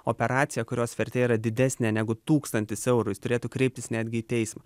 operaciją kurios vertė yra didesnė negu tūkstantis eurų jis turėtų kreiptis netgi į teismą